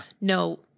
no